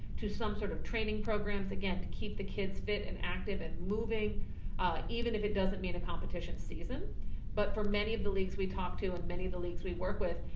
to some sort of training programs, again, to keep the kids fit and active and moving even if it doesn't meet a competition season but for many of the leagues we talked to and many of the leagues we work with,